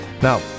Now